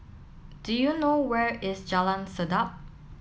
do you know where is Jalan Sedap